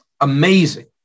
Amazing